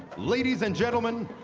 ladies and gentlemen,